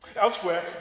elsewhere